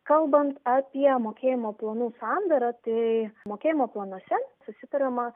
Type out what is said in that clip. kalbant apie mokėjimo planų sandarą tai mokėjimo planuose susitariama